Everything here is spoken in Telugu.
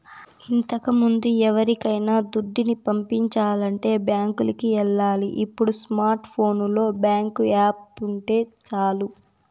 ఇంతకముందు ఎవరికైనా దుడ్డుని పంపించాలంటే బ్యాంకులికి ఎల్లాలి ఇప్పుడు స్మార్ట్ ఫోనులో బ్యేంకు యాపుంటే సాలు